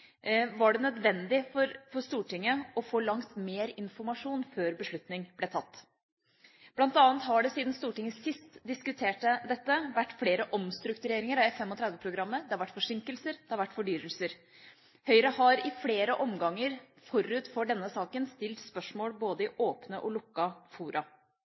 var det nødvendig for Stortinget å få langt mer informasjon før beslutning ble tatt. Blant annet har det siden Stortinget sist diskuterte dette, vært flere omstruktureringer av F-35-programmet. Det har vært forsinkelser, det har vært fordyrelser. Høyre har i flere omganger forut for denne saken stilt spørsmål både i åpne og i lukkede fora.